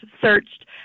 searched